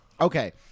Okay